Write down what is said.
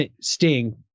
Sting